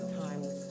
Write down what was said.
times